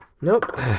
Nope